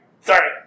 Sorry